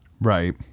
Right